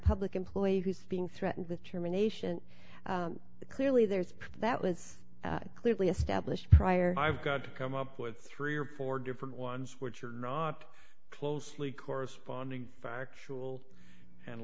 public employee who's being threatened with terminations clearly there's that was clearly established prior i've got to come up with three or four different ones which are not closely corresponding factual and